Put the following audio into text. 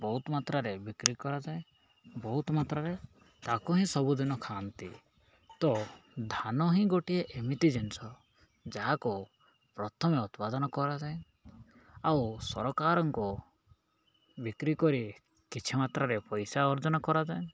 ବହୁତ ମାତ୍ରାରେ ବିକ୍ରି କରାଯାଏ ବହୁତ ମାତ୍ରାରେ ତାକୁ ହିଁ ସବୁଦିନ ଖାଆନ୍ତି ତ ଧାନ ହିଁ ଗୋଟିଏ ଏମିତି ଜିନିଷ ଯାହାକୁ ପ୍ରଥମେ ଉତ୍ପାଦନ କରାଯାଏ ଆଉ ସରକାରଙ୍କୁ ବିକ୍ରି କରି କିଛି ମାତ୍ରାରେ ପଇସା ଅର୍ଜନ କରାଯାଏ